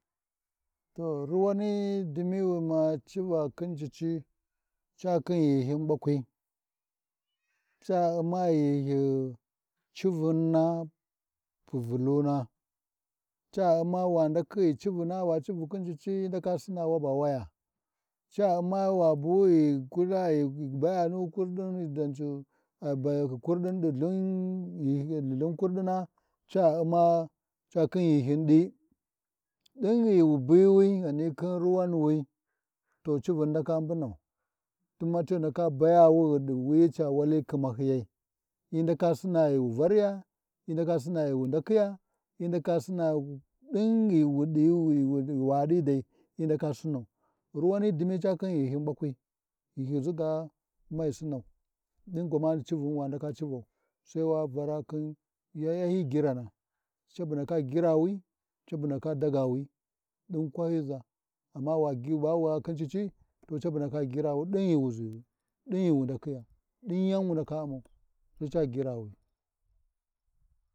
To ruwani dini wi ma civa khin cici, kakhin ghinhyin bakui, ca Umma ghinhyi cuvuna fubu vuluna, ca U’mma wa ndakhi ghi civuna khin cici hyi ndaka Sina waɓa waya, ca U’mma wa bu ghi kwaya ghi baya nu kuɗin ɗi dancu bayakhi nu kurɗina ɗi Lthin ghin ɗi Lthin karɗina, ca U’mma Ca khin ghinshin ɗin ɗinghi wu bini ghani khin ruwanwi, to civun ndaka mbunau, tuna ci ndaka bayawi daga ɗi wuyi ca wali khimahyiyai, hyi ndaka sina ghi wu variya, hyi ndaka Sina ghiwu ndakhiya hyi ndaka Sina ɗin ghi wu ɗi wi waɗi dai ayi ndaka Sinau, ruwani ɗimi ca khin ghinhyin ɓakwi, ghinhyiʒi ga mai Sinau, ɗin gwani civun wa ndaka civau, Sai wa vara khin hyi gyirana, cabu ndaka gyirawi cabu ndaka dagwi, ɗin kwakhyiza, amma wagyi bawa khin cici, to cabundaka gyiwawi ɗin ghi wu ʒiwi ɗin ghi wu ndakhiya, ɗin yan bu wu nda Ummau, sai ca gyirawa.